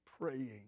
praying